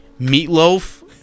Meatloaf